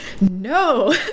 no